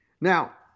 Now